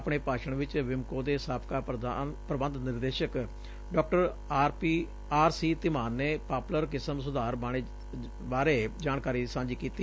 ਆਪਣੇ ਭਾਸ਼ਣ ਚ ਵਿਮਕੋ ਦੇ ਸਾਬਕਾ ਪ੍ਰੰਬਧ ਨਿਰਦੇਸ਼ਕ ਡਾ ਆਰ ਸੀ ਧੀਮਾਨ ਨੇ ਪਾਪਲਰ ਕਿਸਮ ਸੁਧਾਰ ਬਾਰੇ ਜਾਣਕਾਰੀ ਸਾਂਝੀ ਕੀਤੀ